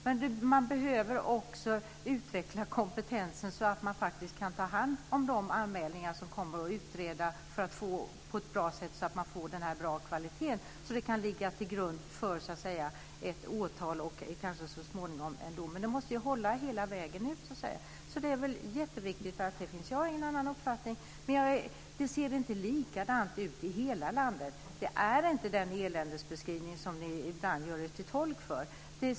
Men man behöver också utveckla kompetensen så att man kan utreda de anmälningar som kommer in på ett bra sätt och därigenom uppnå en bra kvalitet, så att de kan ligga till grund för ett åtal och kanske så småningom en dom. Men det måste ju hålla hela vägen fram. Detta är jätteviktigt, och jag har ingen annan uppfattning. Men det ser inte likadant ut i hela landet. Den eländesbeskrivning som ni ibland gör er till tolk för stämmer inte.